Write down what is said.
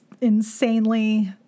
insanely